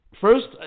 First